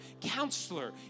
counselor